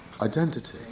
identity